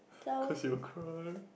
cause you'll cry